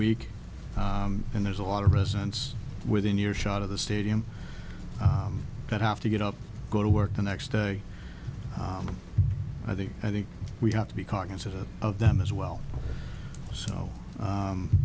week and there's a lot of residents within earshot of the stadium that have to get up go to work the next day i think i think we have to be cognizant of them as well so